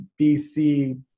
BC